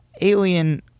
alien